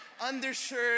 undershirt